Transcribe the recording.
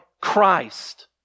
Christ